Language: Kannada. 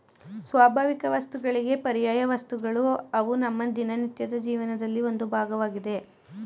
ಸ್ವಾಭಾವಿಕವಸ್ತುಗಳಿಗೆ ಪರ್ಯಾಯವಸ್ತುಗಳು ಅವು ನಮ್ಮ ದಿನನಿತ್ಯದ ಜೀವನದಲ್ಲಿ ಒಂದು ಭಾಗವಾಗಿದೆ